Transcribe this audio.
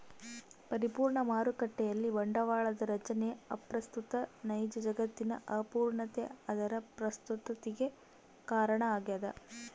ಪರಿಪೂರ್ಣ ಮಾರುಕಟ್ಟೆಯಲ್ಲಿ ಬಂಡವಾಳದ ರಚನೆ ಅಪ್ರಸ್ತುತ ನೈಜ ಜಗತ್ತಿನ ಅಪೂರ್ಣತೆ ಅದರ ಪ್ರಸ್ತುತತಿಗೆ ಕಾರಣ ಆಗ್ಯದ